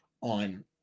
on